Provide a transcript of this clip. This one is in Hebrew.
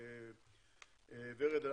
ורד,